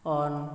on